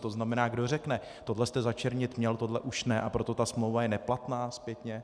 To znamená, kdo řekne: tohle jste začernit měl, tohle už ne, a proto ta smlouva je neplatná zpětně.